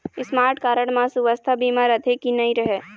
Smart card म सुवास्थ बीमा रथे की नई रहे?